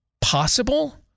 possible